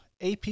AP